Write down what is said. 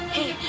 Hey